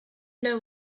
know